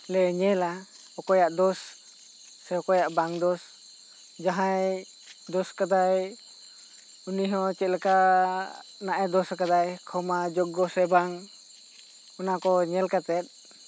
ᱞᱮ ᱧᱮᱞᱟ ᱚᱠᱚᱭᱟ ᱫᱚᱥ ᱥᱮ ᱚᱠᱚᱭᱟᱜ ᱵᱟᱝ ᱫᱚᱥ ᱡᱟᱦᱟᱸᱭ ᱫᱚᱥ ᱟᱠᱟᱫᱟᱭ ᱩᱱᱤ ᱦᱚᱸ ᱪᱮᱫ ᱞᱮᱠᱟᱭ ᱫᱚᱥ ᱟᱠᱟᱫᱟ ᱠᱷᱚᱢᱟ ᱡᱚᱜᱽᱜᱚ ᱠᱚ ᱧᱮᱞ ᱠᱟᱛᱮᱜ